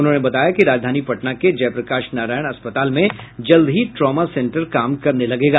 उन्होंने बताया कि राजधानी पटना के जयप्रकाश नारायण अस्पताल में जल्द ही ट्रॉमा सेंटर काम करने लगेगा